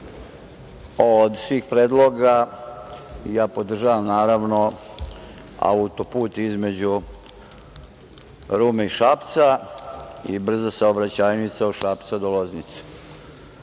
od svih predloga, ja podržavam naravno autoput između Rume i Šapca i brze saobraćajnice od Šapca do Loznice.